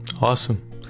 awesome